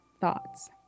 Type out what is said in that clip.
thoughts